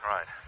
Right